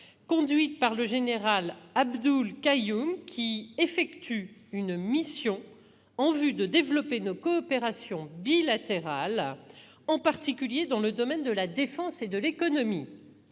conduite par le général Abdul Qayyum, qui effectue une mission en vue de développer nos coopérations bilatérales, en particulier dans les domaines de la défense et de l'économie.